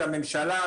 לממשלה,